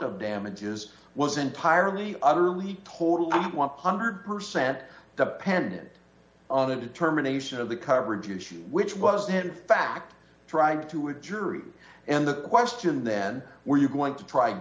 of damages was entirely utterly totally one hundred percent the pendent of the determination of the coverage issue which was then fact tried to a jury and the question then were you going to try